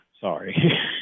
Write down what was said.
Sorry